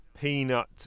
peanut